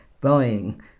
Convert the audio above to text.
buying